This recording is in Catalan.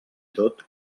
tot